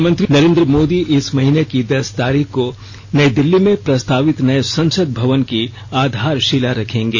प्रधानमंत्री नरेंद्र मोदी इस महीने की दस तारीख को नई दिल्ली में प्रस्तावित नए संसद भवन की आधारशिला रखेंगे